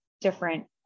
different